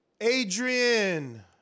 Adrian